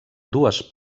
dues